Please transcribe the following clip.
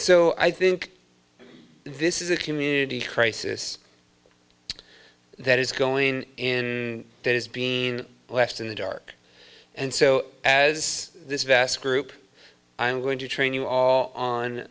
so i think this is a community crisis that is going in that is being left in the dark and so as this vast group i'm going to train you all on